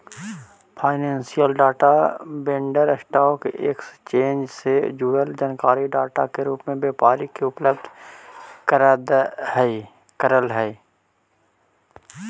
financial data vendor stock exchange से जुड़ल जानकारी डाटा के रूप में व्यापारी के उपलब्ध करऽ हई